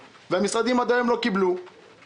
המשרדים המדוברים לא קיבלו את הכסף עד היום.